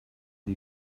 die